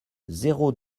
zéro